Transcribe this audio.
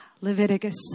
Leviticus